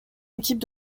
équipe